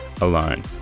alone